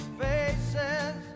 faces